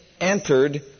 entered